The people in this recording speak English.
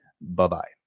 Bye-bye